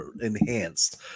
enhanced